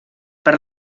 per